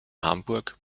hamburg